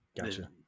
Gotcha